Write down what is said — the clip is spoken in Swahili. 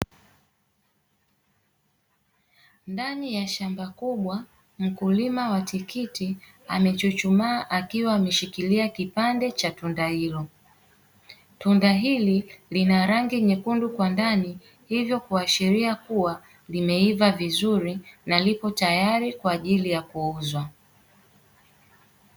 Ndani ya shamba kubwa mkulima wa tikiti amechuchumaa akiwa ameshikilia kipande cha tunda hilo, tunda hili lina rangi nyekundu kwa ndani hivyo kuashiria kuwa limeiva vizuri na lipo tayari kwa ajili ya kuuzwa.